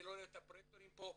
אני לא רואה את הפרויקטורים פה.